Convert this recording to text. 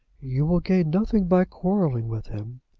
you will gain nothing by quarrelling with him.